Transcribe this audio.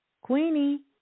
Queenie